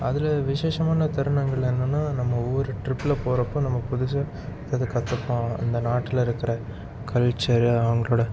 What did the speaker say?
அதில் விஷேஷமான தருணங்கள் என்னென்னா நம்ம ஊர் ட்ரிப்பில் போகிறப்போ நம்ம புதுசாக அது கற்றுப்போம் அந்த நாட்டில் இருக்கிற கல்ச்சர் அவங்களோடய